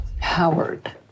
Howard